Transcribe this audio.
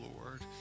Lord